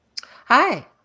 Hi